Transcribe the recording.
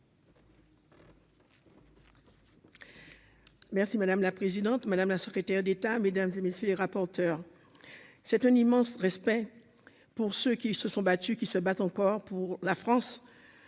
Merci madame la présidente, madame la secrétaire d'État, mesdames et messieurs les rapporteurs, c'est un immense respect pour ceux qui se sont battus, qui se battent encore pour la France,